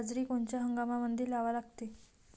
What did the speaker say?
बाजरी कोनच्या हंगामामंदी लावा लागते?